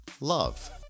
Love